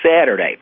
Saturday